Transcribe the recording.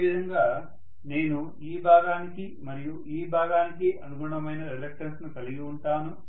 అదేవిధంగా నేను ఈ భాగానికి మరియు ఈ భాగానికి అనుగుణమైన రిలక్టన్స్ ను కలిగి ఉంటాను